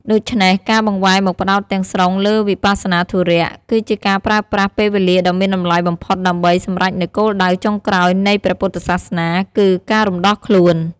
ដូច្នេះការបង្វែរមកផ្តោតទាំងស្រុងលើវិបស្សនាធុរៈ គឺជាការប្រើប្រាស់ពេលវេលាដ៏មានតម្លៃបំផុតដើម្បីសម្រេចនូវគោលដៅចុងក្រោយនៃព្រះពុទ្ធសាសនា គឺ ការរំដោះខ្លួន។